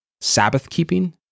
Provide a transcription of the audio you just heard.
Sabbath-keeping